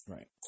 Right